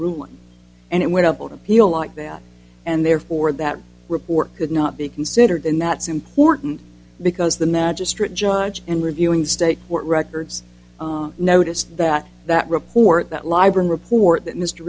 ruling and it went up on appeal like that and therefore that report could not be considered and that's important because the magistrate judge and reviewing state court records noticed that that report that libron report that mr